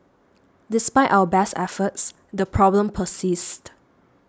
despite our best efforts the problem persists